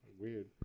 weird